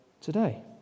today